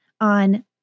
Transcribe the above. on